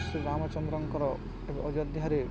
ଶ୍ରୀ ରାମଚନ୍ଦ୍ରଙ୍କର ଅଯୋଧ୍ୟାରେ